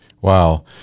Wow